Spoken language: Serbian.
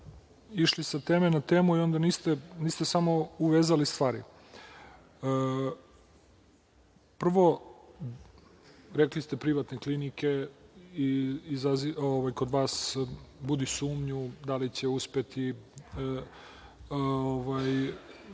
išli sa teme na temu i onda niste samo uvezali stvari. Prvo, rekli ste privatne klinike kod vas budi sumnju da li će uspeti,